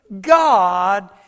God